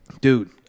Dude